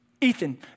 Ethan